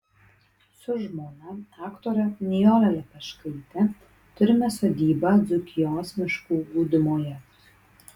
su žmona aktore nijole lepeškaite turime sodybą dzūkijos miškų gūdumoje